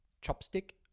chopstick